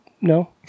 no